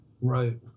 Right